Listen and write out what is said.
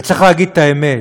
וצריך להגיד את האמת,